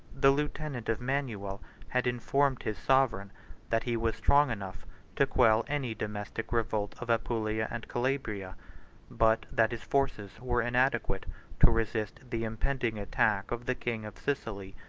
the lieutenant of manuel had informed his sovereign that he was strong enough to quell any domestic revolt of apulia and calabria but that his forces were inadequate to resist the impending attack of the king of sicily.